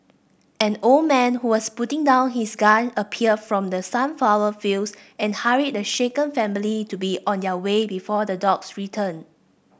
an old man who was putting down his gun appeared from the sunflower fields and hurried the shaken family to be on their way before the dogs return